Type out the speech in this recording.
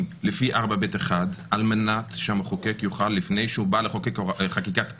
לפי 4ב1 על מנת שהמחוקק יוכל לפני שהוא בא לחוקק חקיקת קבע,